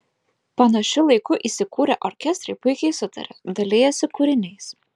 panašiu laiku įsikūrę orkestrai puikiai sutaria dalijasi kūriniais